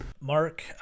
Mark